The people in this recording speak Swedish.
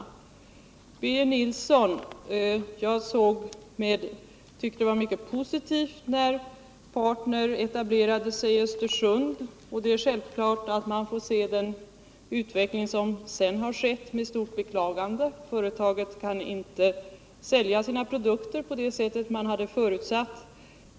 Till Birger Nilsson: Jag tyckte det var positivt när Partner etablerade sig i Östersund. Det är självklart att man får beklaga den utveckling som sedan har skett. Företaget kan inte sälja sina produkter på det sätt som man hade förutsatt.